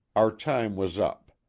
our time was up.